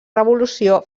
revolució